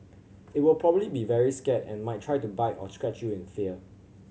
it will probably be very scared and might try to bite or scratch you in fear